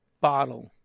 bottle